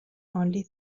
only